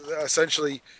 essentially